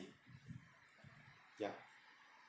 yeah